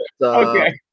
Okay